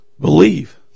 Believe